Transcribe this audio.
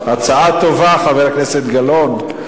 הצעה טובה, חבר הכנסת גילאון,